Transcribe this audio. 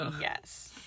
Yes